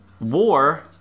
War